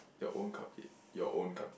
your own cupcake your own cup